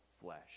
flesh